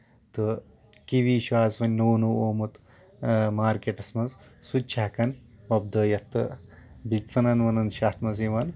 تہٕ کِوی چھُ آسان نوٚو نوٚو آمُت مارکیٚٹس منٛز سُہ تہِ چھُ ہٮ۪کان وۄپدٲیِتھ تہٕ بیٚیہِ ژٕنن ؤنن تہِ چھِ اَتھ منٛز یِوان تہٕ